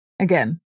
again